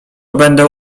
będę